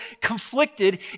conflicted